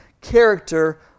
character